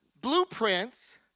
blueprints